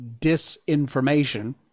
disinformation